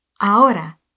Ahora